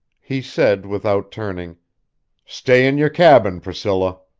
he said, without turning stay in your cabin, priscilla.